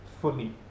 fully